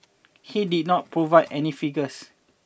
he did not provide any figures